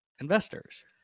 investors